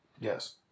Yes